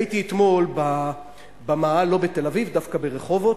הייתי אתמול במאהל, לא בתל-אביב, דווקא ברחובות,